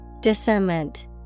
Discernment